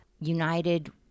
united